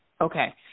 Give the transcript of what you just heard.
Okay